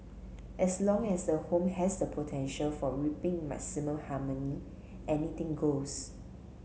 as long as the home has the potential for reaping maximum harmony anything goes